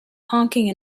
honking